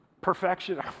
perfection